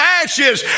ashes